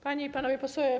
Panie i Panowie Posłowie!